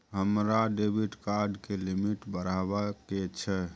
हमरा debit card के limit बढावा के छै